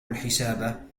الحساب